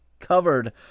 covered